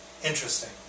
interesting